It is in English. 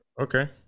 Okay